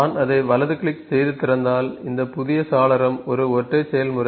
நான் அதை வலது கிளிக் செய்து திறந்தால் இந்த புதிய சாளரம் ஒரு ஒற்றை செயல்முறை